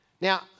Now